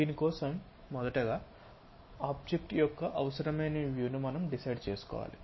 దాని కోసం మొదట ఆబ్జెక్ట్ యొక్క అవసరమైన వ్యూ ను మనం డిసైడ్ చేసుకోవాలి